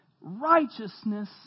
righteousness